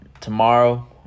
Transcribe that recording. tomorrow